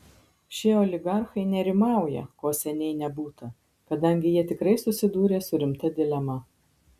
šie oligarchai nerimauja ko seniai nebūta kadangi jie tikrai susidūrė su rimta dilema